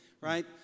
Right